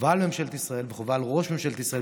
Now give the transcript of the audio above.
חובה על ממשלת ישראל וחובה על ראש ממשלת ישראל